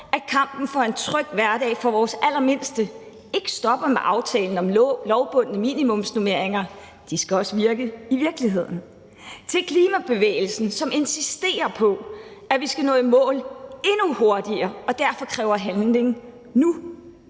at kampen for en tryg hverdag for vores allermindste ikke stopper med aftalen om lovbundne minimumsnormeringer, for de skal også virke i virkeligheden, til klimabevægelsen, som insisterer på, at vi skal nå i mål endnu hurtigere, og derfor kræver handling nu,